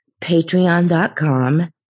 patreon.com